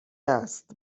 است